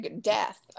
death